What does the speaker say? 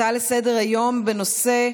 הצעה לסדר-היום בנושא: